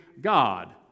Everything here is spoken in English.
God